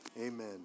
Amen